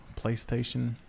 PlayStation